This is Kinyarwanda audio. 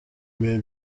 bihe